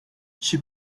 she